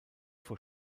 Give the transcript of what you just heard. vor